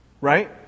Right